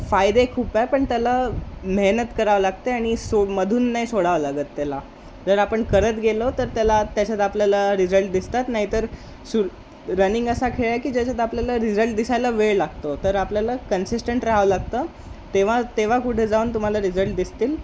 फायदे खूप आहे पण त्याला मेहनत करावं लागते आणि सो मधून नाही सोडावं लागत त्याला जर आपण करत गेलो तर त्याला त्याच्यात आपल्याला रिजल्ट दिसतात नाहीतर सु रनिंग असा खेळ आहे की ज्याच्यात आपल्याला रिझल्ट दिसायला वेळ लागतो तर आपल्याला कन्सिस्टंट राहावं लागतं तेव्हा तेव्हा कुठे जाऊन तुम्हाला रिझल्ट दिसतील